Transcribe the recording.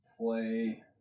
play